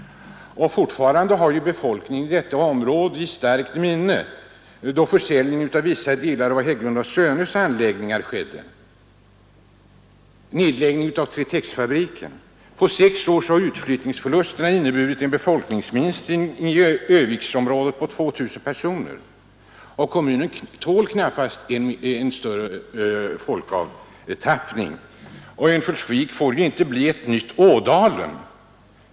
Fortfarande har befolkningen i detta område i starkt minne följderna av försäljningen av vissa delar av Hägglund & Söners anläggningar och nedläggningen av treetexfabriken. På sex år har utflyttningsförlusterna inneburit en befolkningsminskning i Örnsköldsviksområdet på 2 000 personer, och kommunen tål knappast en större folkavtappning. Örnsköldsvik får ju inte bli ett nytt Ådalen.